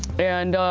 and